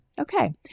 okay